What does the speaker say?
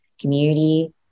community